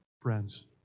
friends